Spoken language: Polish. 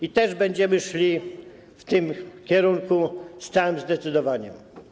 I też będziemy szli w tym kierunku z całym zdecydowaniem.